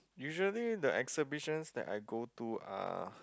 usually the exhibitions I go to are